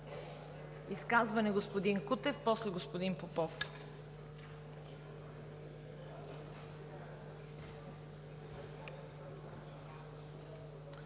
Изказване, господин Кутев. После господин Попов.